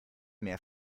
mehr